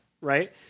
right